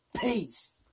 Peace